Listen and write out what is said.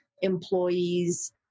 Employees